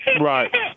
Right